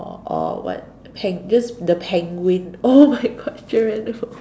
or or what pen just the penguins !oh-my-God! Geronimo